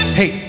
hey